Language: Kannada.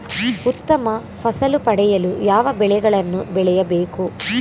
ಉತ್ತಮ ಫಸಲು ಪಡೆಯಲು ಯಾವ ಬೆಳೆಗಳನ್ನು ಬೆಳೆಯಬೇಕು?